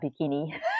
bikini